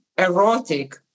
erotic